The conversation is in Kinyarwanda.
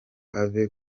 ave